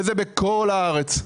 זה בכל הארץ.